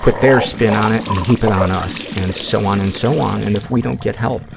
put their spin on it and heap it on us, and so on and so on. and if we don't get help,